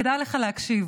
כדאי לך להקשיב,